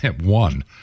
one